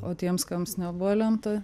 o tiems kams nebuvo lemta